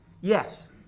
Yes